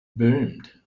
boomed